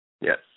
Yes